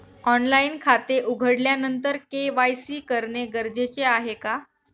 Online खाते उघडल्यानंतर KYC करणे गरजेचे आहे का?